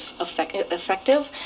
effective